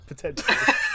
potentially